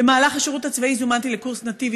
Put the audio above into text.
במהלך השירות הצבאי זומנתי לקורס נתיב.